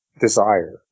desire